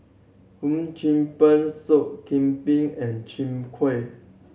Hum Chim Peng Soup Kambing and Chwee Kueh